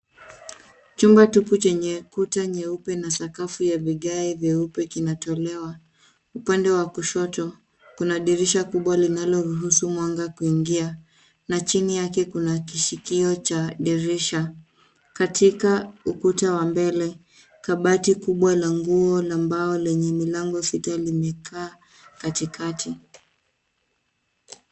Chumba tupu chenye kuta nyeupe na sakafu ya vigae vieupe kinatolewa. Upande wa kushoto, kuna dirisha kubwa linaloruhusu mwanga kuingia na chini yake kuna kishikio cha dirisha. Katika ukuta wa mbele, kabati kubwa la nguo la mbao lenye milango sita limekaa katikati.